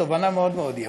תובנה מאוד מאוד יפה.